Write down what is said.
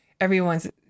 everyone's